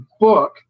book